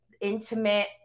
intimate